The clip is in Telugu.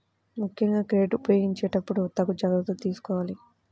ముక్కెంగా క్రెడిట్ ఉపయోగించేటప్పుడు తగు జాగర్తలు తీసుకోవాలి